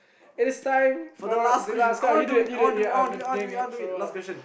it is time for the last card you did you did ya I've been doing it for awhile